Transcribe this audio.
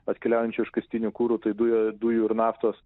atkeliaujančių iškastinių kurų tai dujo dujų ir naftos